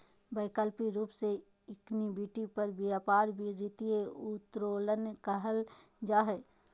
वैकल्पिक रूप से इक्विटी पर व्यापार वित्तीय उत्तोलन कहल जा हइ